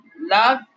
Love